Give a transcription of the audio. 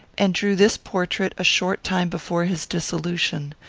and drew this portrait a short time before his dissolution,